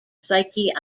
psyche